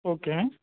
okay